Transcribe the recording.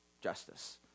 Justice